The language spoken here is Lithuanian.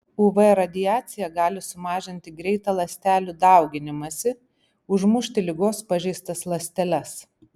uv radiacija gali sumažinti greitą ląstelių dauginimąsi užmušti ligos pažeistas ląsteles